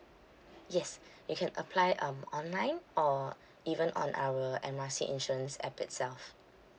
yes you can apply um online or even on our M R C insurance app itself